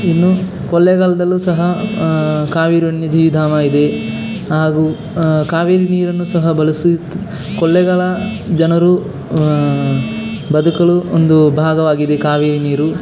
ಇನ್ನು ಕೊಳ್ಳೆಗಾಲದಲ್ಲೂ ಸಹ ಕಾವೇರಿ ವನ್ಯಜೀವಿ ಧಾಮ ಇದೆ ಹಾಗೂ ಕಾವೇರಿ ನೀರನ್ನು ಸಹ ಬಳಸಿ ಕೊಳ್ಳೆಗಾಲ ಜನರು ಬದುಕಲು ಒಂದು ಭಾಗವಾಗಿದೆ ಕಾವೇರಿ ನೀರು